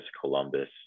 Columbus